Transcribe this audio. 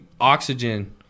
oxygen